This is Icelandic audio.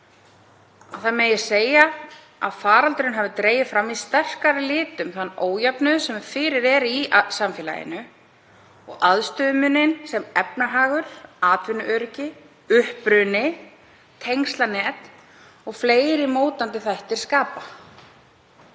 það megi segja að „faraldurinn hafi dregið fram í sterkari litum þann ójöfnuð sem fyrir er í samfélaginu og aðstöðumuninn sem efnahagur, atvinnuöryggi, uppruni, tengslanet og fleiri mótandi þættir skapa.